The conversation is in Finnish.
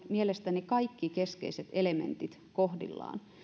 mielestäni kaikki keskeiset elementit kohdillaan